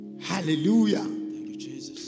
Hallelujah